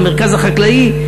המרכז החקלאי,